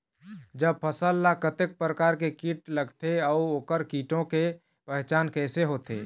जब फसल ला कतेक प्रकार के कीट लगथे अऊ ओकर कीटों के पहचान कैसे होथे?